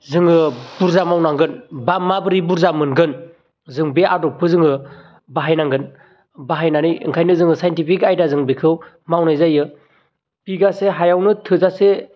जोङो बुरजा मावनांगोन बा माबोरै बुरजा मोनगोन जों बे आदबखौ जोङो बाहायनांगोन बाहायनानै ओंखायनो जोङो साइनटिफिक आइदाजों बेखौ मावनाय जायो बिगासे हायावनो थोजासे